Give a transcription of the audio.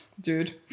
dude